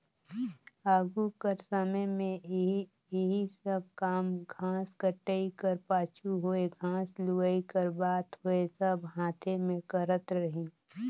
आघु कर समे में एही सब काम घांस कटई कर पाछू होए घांस लुवई कर बात होए सब हांथे में करत रहिन